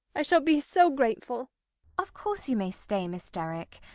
i shall be so grateful of course you may stay, miss derrick.